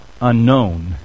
unknown